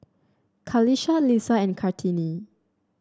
Qalisha Lisa and Kartini